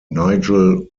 nigel